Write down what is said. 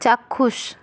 চাক্ষুষ